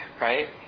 right